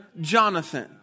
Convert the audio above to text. Jonathan